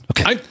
Okay